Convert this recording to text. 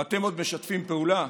ואתם עוד משתפים פעולה.